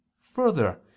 Further